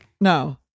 No